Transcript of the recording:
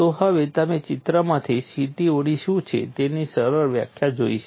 તો હવે તમે ચિત્રમાંથી CTOD શું છે તેની સરળ વ્યાખ્યા જોઈ છે